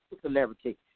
celebrity